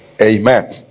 Amen